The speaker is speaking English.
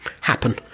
happen